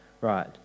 right